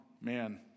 man